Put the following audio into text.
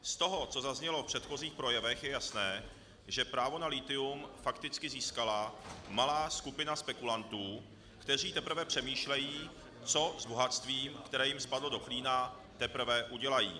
Z toho, co zaznělo v předchozích projevech, je jasné, že právo na lithium fakticky získala malá skupina spekulantů, kteří teprve přemýšlejí, co s bohatstvím, které jim spadlo do klína, teprve udělají.